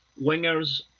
wingers